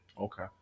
Okay